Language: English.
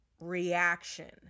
reaction